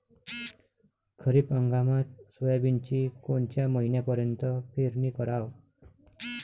खरीप हंगामात सोयाबीनची कोनच्या महिन्यापर्यंत पेरनी कराव?